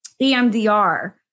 EMDR